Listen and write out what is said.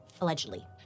allegedly